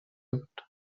بود